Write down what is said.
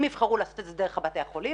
אם יבחרו לעשות את זה דרך בתי החולים